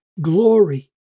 glory